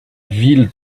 ville